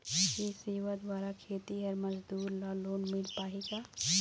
ये सेवा द्वारा खेतीहर मजदूर ला लोन मिल पाही का?